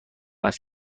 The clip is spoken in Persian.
است